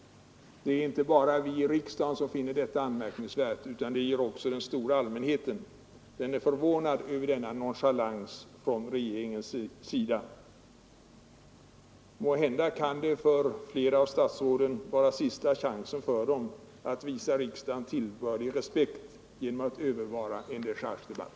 Det är inte bara vi i riksdagen som finner detta anmärkningsvärt, utan det gör också den stora allmänheten. Den är förvånad över denna nonchalans från regeringens sida. Måhända var det för flera av statsråden sista chansen att visa riksdagen tillbörlig respekt genom att övervara en dechargedebatt.